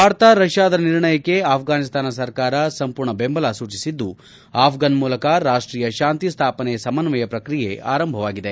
ಭಾರತ ರಷ್ಯಾದ ನಿರ್ಣಯಕ್ಕೆ ಆಫ್ಟಾನಿಸ್ತಾನ ಸರ್ಕಾರ ಸಂಪೂರ್ಣ ಬೆಂಬಲ ಸೂಚಿಸಿದ್ದು ಆಫ್ಟಾನ್ ಮೂಲಕ ರಾಷ್ಟೀಯ ಶಾಂತಿ ಸ್ಲಾಪನೆ ಸಮನ್ನಯ ಪ್ರಕ್ರಿಯೆ ಆರಂಭವಾಗಿದೆ